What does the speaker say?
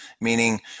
meaning